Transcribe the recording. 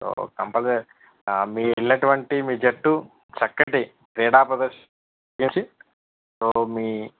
so కంపల్ ఆ మీరు వెళ్ళినటువంటి మీ జట్టు చక్కటి క్రీడా ప్రదర్శన చేసి సో మీ